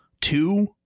two